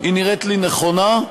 היא נראית לי נכונה,